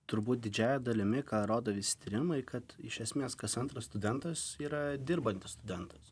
turbūt didžiąja dalimi ką rodo visi tyrimai kad iš esmės kas antras studentas yra dirbantis studentas